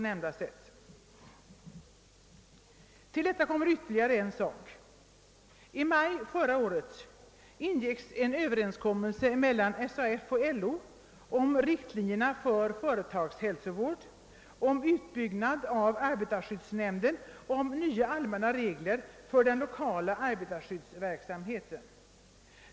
Härtill kommer ytterligare en sak. I maj, förra året träffades en överenskommelse mellan SAF och LO om riktlinjer för företagshälsovård, om utbyggnad av arbetarskyddsnämnden och om nya allmänna regler för den lokala arbetarskyddsverksamheten.